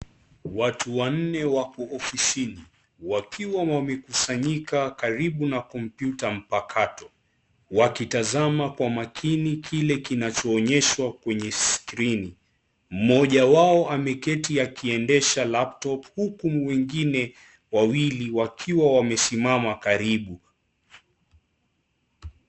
Watu wanne wako ofisini wakiwa wamekusanyika karibu na kompyuta mpakato wakitazama kwa makini kile kinacho onyeshwa kwenye skrini mmoja wao ameketi akiendesha laptop huku mwingine wawili wakiwa wamesimama karibu.